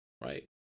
Right